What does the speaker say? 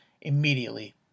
immediately